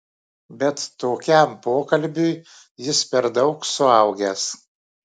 bet tokiam pokalbiui jis per daug suaugęs